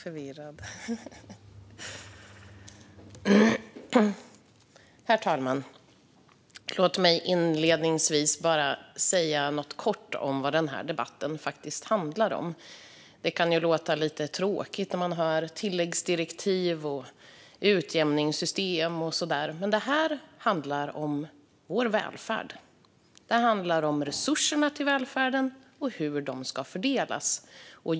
Herr talman! Låt mig inledningsvis bara säga något kort om vad debatten faktiskt handlar om. Det kan ju låta lite tråkigt när man hör ord som "tilläggsdirektiv" och "utjämningssystem". Men det här handlar om vår välfärd och hur resurserna till välfärden ska fördelas.